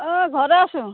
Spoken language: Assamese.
অঁ ঘৰতে আছো